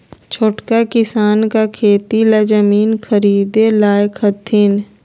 छोटका किसान का खेती ला जमीन ख़रीदे लायक हथीन?